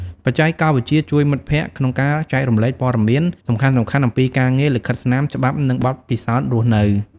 បច្ចេកវិទ្យាជួយមិត្តភ័ក្តិក្នុងការចែករំលែកព័ត៌មានសំខាន់ៗអំពីការងារ លិខិតស្នាម ច្បាប់ និងបទពិសោធន៍រស់នៅ ។